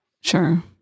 Sure